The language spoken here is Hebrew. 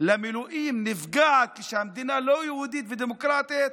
למילואים נפגעת כשהמדינה לא יהודית ודמוקרטית,